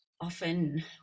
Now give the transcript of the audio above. often